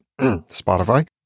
Spotify